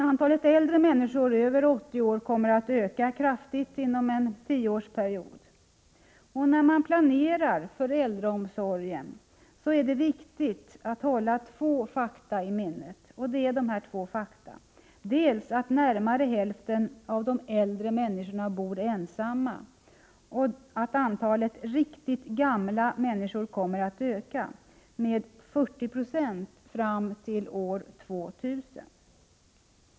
Antalet äldre människor över 80 år kommer att öka kraftigt inom en tioårsperiod. När man planerar äldreomsorgen är det viktigt att hålla dessa två fakta i minnet: Dels att närmare hälften av de äldre bor ensamma, dels att antalet riktigt gamla människor kommer att öka med 40 96 fram till år 2 000.